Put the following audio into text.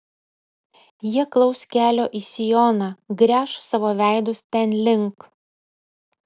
jie klaus kelio į sioną gręš savo veidus ten link